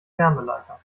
wärmeleiter